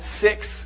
six